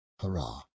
Hurrah